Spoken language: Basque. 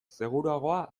seguruagoa